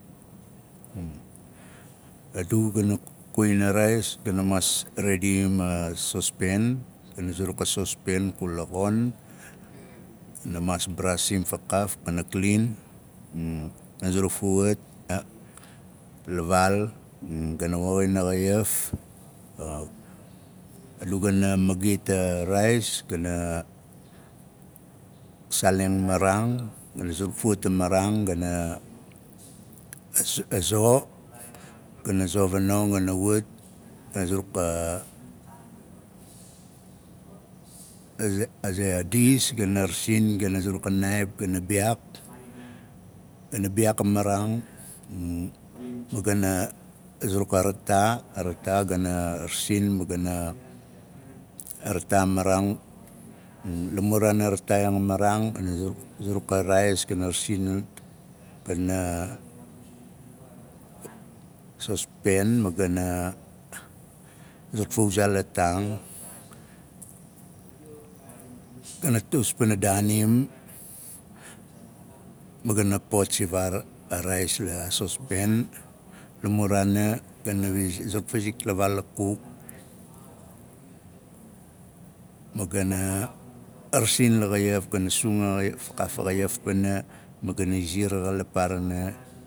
a du gana kuwin a raais gana maas rediim a sospen gana zuruk a sospen kula xon gana maas vbraasim fakaaf kana klin gana zuruk fa wat a vaal gana zuruk fa wat la vaal gana woxin a xaif a du gana magita raais gana saaleng maraang gana zuruk fawaat a maraang gana zo gana zo fanong gana wat gana zuruk a za ze a dis gana rasin gana zuruk a naaip gana biyaak gana biyaak a maraang ma gana zuruk a rataa a rataa gana rasin ma gana rataa a maraang la muraana a rataaiang a maraanga gana zuruk a raais gana rasin pana sospen ma gana zuruk fawuzaa la taang gana tus pana daanim ma gana pot sivaar a raais a sospen la muraana gana zuruk fa wizik zuruk fa wizik la vaal a kuk ma gana rasin la xaiaf gana sung a xaiaf fakaaf a xaiaf pana ma gana ziar xa la paarana.